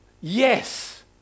Yes